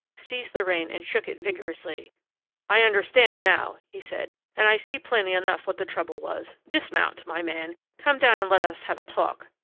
seized the rein, and shook it vigorously i understand now! he said, and i see plainly enough what the trouble was. dismount! my man! come down and let us have a talk!